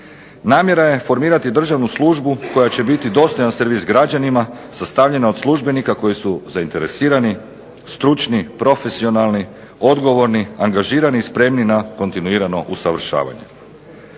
Namjera je formirati državnu službu koja će biti dostojan servis građanima sastavljena od službenika koji su zainteresirani, stručni, profesionalni, odgovorni, angažirani i spremni na kontinuirano usavršavanje.